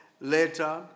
later